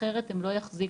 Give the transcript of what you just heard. אחרת הם לא יחזיקו,